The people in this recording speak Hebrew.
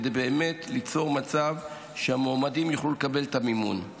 כדי באמת ליצור מצב שהמועמדים יוכלו לקבל את המימון.